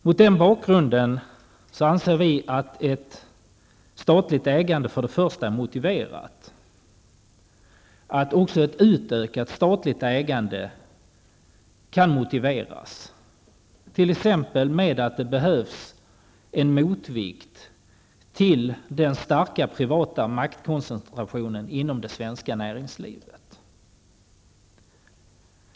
Mot den bakgrunden anser vi att ett statligt ägande är motiverat och att även ett utökat statligt ägande kan motiveras, t.ex. med att det behövs en motvikt till den starka privata maktkoncentrationen inom det svenska näringslivet.